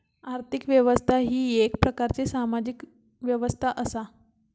आर्थिक व्यवस्था ही येक प्रकारची सामाजिक व्यवस्था असा